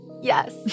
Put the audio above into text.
Yes